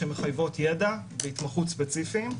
שמחייבות ידע והתמחות ספציפיים.